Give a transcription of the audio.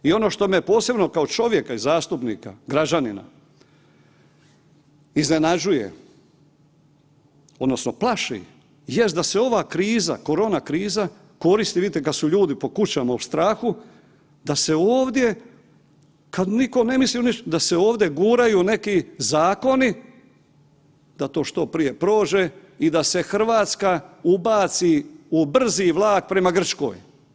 I ono što me posebno kao čovjeka i zastupnika, građanina iznenađuje odnosno plaši jest da se ova kriza, koronakriza koristi, vidite kad su ljudi po kućama u strahu, da se ovdje kad niko ne misli, da se ovdje guraju neki zakoni da to što prije prođe i da se RH ubaci u brzi vlak prema Grčkoj.